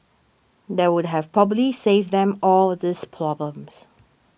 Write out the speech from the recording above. that would have probably saved them all these problems